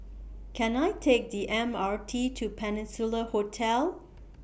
Can I Take The M R T to Peninsula Hotel